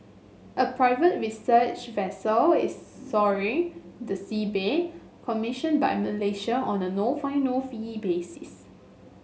a private research vessel is scouring the seabed commissioned by Malaysia on a no find no fee basis